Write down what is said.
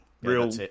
real